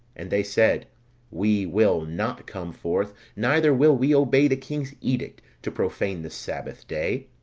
and they said we will not come forth, neither will we obey the king's edict, to profane the sabbath day.